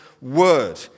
word